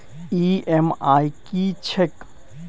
EMI की छैक?